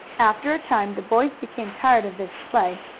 after a time the boys became tired of this play,